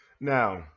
Now